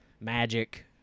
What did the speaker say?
Magic